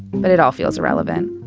but, it all feels irrelevant.